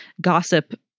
gossip